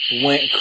went